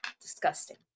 disgusting